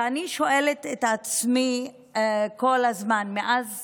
ואני שואלת את עצמי כל הזמן, מאז